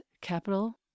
capital